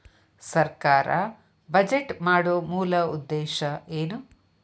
ಸರ್ಕಾರ್ ಬಜೆಟ್ ಮಾಡೊ ಮೂಲ ಉದ್ದೇಶ್ ಏನು?